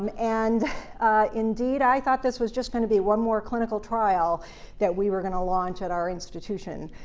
um and indeed, i thought this was just going to be one more clinical trial that we were going to launch at our institution,